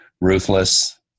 ruthless